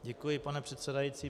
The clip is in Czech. Děkuji, pane předsedající.